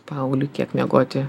paaugliui kiek miegoti